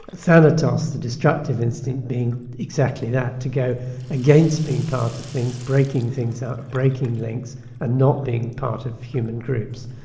thanatos, the destructive instinct being exactly that, to go against being part of things, breaking things up, breaking links and not being part of human groups.